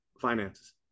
finances